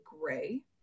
gray